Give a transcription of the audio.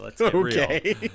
Okay